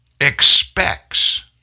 expects